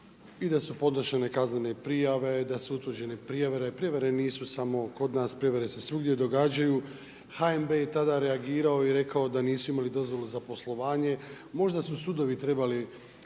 i da su podnošene kaznene prijave da su utvrđene prijevare, prijevare nisu samo kod nas. Prijevare se svugdje događaju, HNB je i tada reagirao i rekao da nisu imali dozvolu za poslovanje. Možda su sudovi trebali